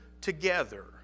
together